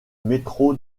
métro